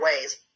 ways